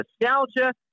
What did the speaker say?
nostalgia